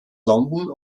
london